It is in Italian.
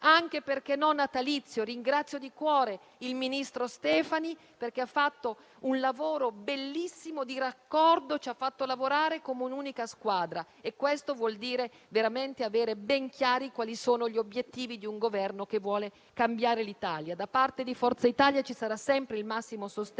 anche - perché no? - natalizio. Ringrazio di cuore il ministro Stefani, perché ha fatto un lavoro bellissimo di raccordo e ci ha fatto lavorare come un'unica squadra. E questo vuol dire veramente avere ben chiari quali sono gli obiettivi di un Governo che vuole cambiare l'Italia. Da parte di Forza Italia ci saranno sempre il massimo sostegno